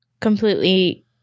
Completely